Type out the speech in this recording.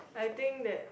I think that